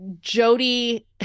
Jody